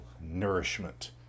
nourishment